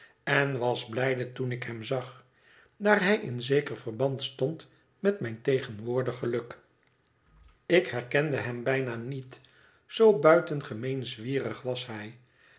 en was blijde toen ik hem zag daar hij in zeker verband stond met mijn tegenwoordig geluk ik herkende hem bijna niet zoo buitengemeen zwierig was hij